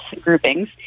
groupings